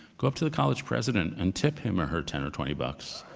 go up to the college president and tip him or her ten or twenty bucks,